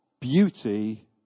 beauty